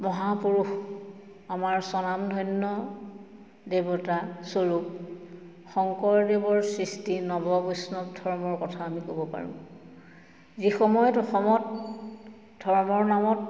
মহাপুৰুষ আমাৰ স্বনামধন্য দেৱতাস্বৰূপ শংকৰদেৱৰ সৃষ্টি নৱবৈষ্ণৱ ধৰ্মৰ কথা আমি ক'ব পাৰোঁ যিসময়ত অসমত ধৰ্মৰ নামত